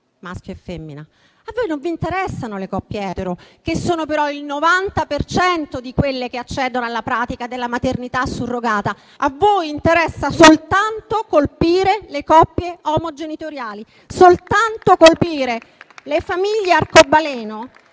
A voi non interessano le coppie etero, che sono però il 90 per cento di quelle che accedono alla pratica della maternità surrogata; a voi interessa soltanto colpire le coppie omogenitoriali, soltanto colpire le famiglie arcobaleno,